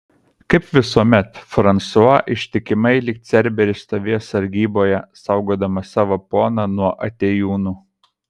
kaip visuomet fransua ištikimai lyg cerberis stovėjo sargyboje saugodamas savo poną nuo atėjūnų